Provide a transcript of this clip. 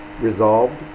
resolved